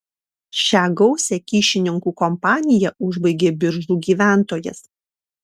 šią gausią kyšininkų kompaniją užbaigė biržų gyventojas